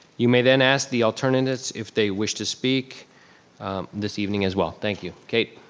you may then ask the alternatives if they wish to speak this evening as well, thank you, kate.